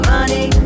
Money